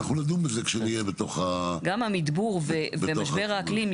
נדון בזה כשנהיה בתוך --- גם המדבור ומשבר האקלים,